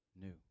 new